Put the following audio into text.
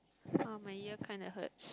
!wah! my ear kind hurts